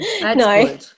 no